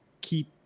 keep